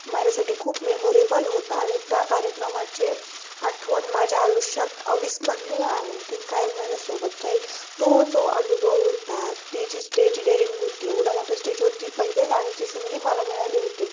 माझ्यासाठी खूप मेमोरेबल होता आणि त्या कार्यक्रमाचे आठवण माझ्या आयुष्यात अविस्मरणीय आहे ना ती कायम माझ्यासोबत राहील तो जो अनुभव होता ती जी स्टेज डेरिंग होती एवढा मोठ्या स्टेजवर ती पहिली जाण्याची संधी मला मिळाली होती